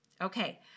Okay